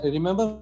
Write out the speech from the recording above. Remember